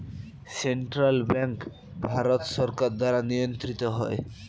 central bank Bharat সরকার দ্বারা নিয়ন্ত্রিত হয়